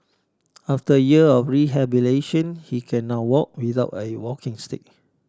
after year of rehabilitation he can now walk without a walking stick